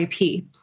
IP